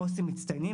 לעו"סים מצטיינים,